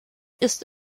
ist